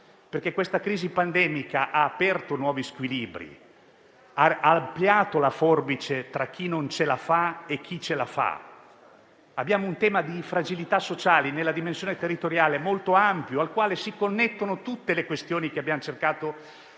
territoriale. La crisi pandemica ha aperto nuovi squilibri e ampliato la forbice tra chi non ce la fa e chi ce la fa. Abbiamo un tema di fragilità sociale nella dimensione territoriale molto ampio, al quale si connettono tutte le questioni alle quali abbiamo cercato di dare